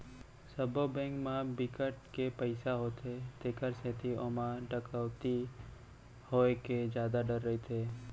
सबो बेंक म बिकट के पइसा होथे तेखर सेती ओमा डकैती होए के जादा डर रहिथे